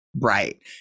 Right